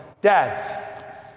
Dad